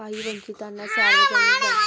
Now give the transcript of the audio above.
काही वंचितांना सार्वजनिक बँकेत सभासद केले जाते